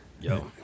Yo